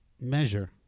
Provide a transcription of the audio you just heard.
measure